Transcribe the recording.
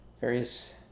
various